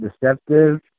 deceptive